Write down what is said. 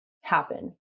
happen